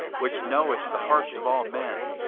which knowest the hearts of all men,